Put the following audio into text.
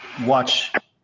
watch